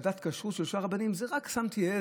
ועדת כשרות של שלושה רבנים זה רק עז ששמתי,